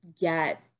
get